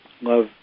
love